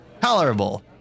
tolerable